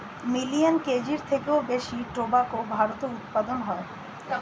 million কেজির থেকেও বেশি টোবাকো ভারতে উৎপাদন হয়